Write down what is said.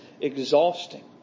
exhausting